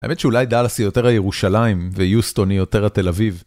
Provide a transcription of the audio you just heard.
האמת שאולי דלסי יותר הירושלים, ויוסטוני יותר התל אביב.